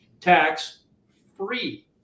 tax-free